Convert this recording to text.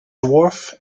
dwarf